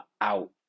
out